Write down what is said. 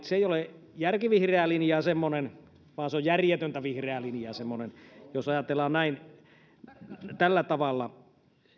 se ei ole järkivihreää linjaa semmoinen vaan se on järjetöntä vihreää linjaa jos ajatellaan tällä tavalla